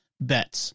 bets